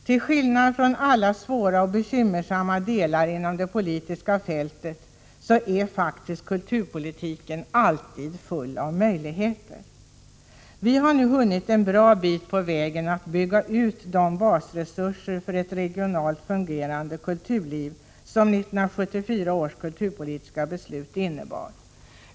Till skillnad från alla svåra och bekymmersamma delar inom det politiska fältet är ju faktiskt kulturpolitiken alltid full av möjligheter. Vi har nu hunnit en bra bit på vägen att bygga ut de basresurser för ett regionalt fungerande kulturliv som 1974 års kulturpolitiska beslut innebar.